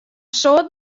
soad